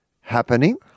happening